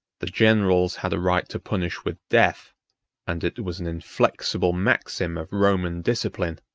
the generals had a right to punish with death and it was an inflexible maxim of roman discipline,